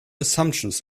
assumptions